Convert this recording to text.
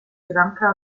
schranke